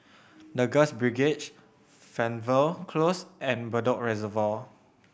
The Girls Brigade Fernvale Close and Bedok Reservoir